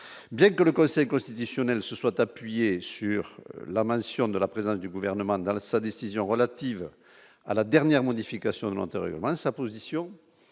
bien que le Conseil constitutionnel se soit appuyée sur la mention de la présence du gouvernement dans la sa décision relative à la dernière modification de l'antérieurement sa position,